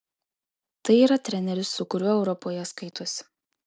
tai yra treneris su kuriuo europoje skaitosi